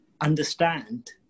understand